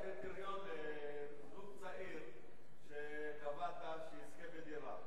קריטריון זוג צעיר שקבעת שיזכה בדירה.